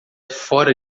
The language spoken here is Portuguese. fora